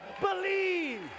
Believe